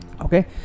okay